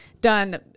done